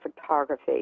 photography